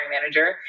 manager